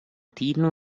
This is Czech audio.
týdnu